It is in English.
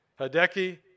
Hideki